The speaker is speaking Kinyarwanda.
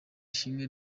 shima